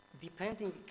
depending